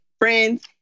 friends